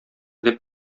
дип